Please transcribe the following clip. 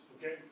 okay